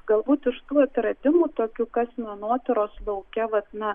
galbūt iš tų atradimų tokių kas menotyros lauke vat na